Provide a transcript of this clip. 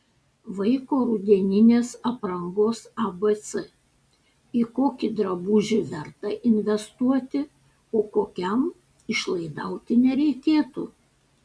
vaiko rudeninės aprangos abc į kokį drabužį verta investuoti o kokiam išlaidauti nereikėtų